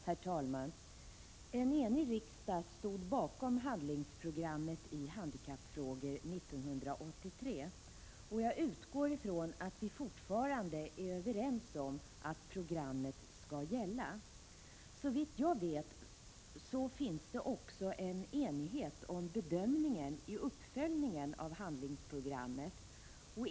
Herr talman! En enig riksdag stod bakom handlingsprogrammet i handikappfrågor 1983. Jag utgår från att vi fortfarande är överens om att programmet skall gälla. Såvitt jag vet finns det också en enighet om bedömningen i uppföljningen av handlingsprogrammet.